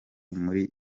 muri